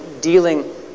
dealing